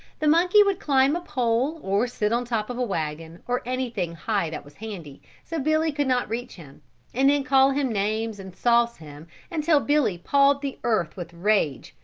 the monkey would climb a pole or sit on top of a wagon, or anything high that was handy, so billy could not reach him and then call him names and sauce him until billy pawed the earth with rage,